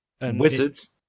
Wizards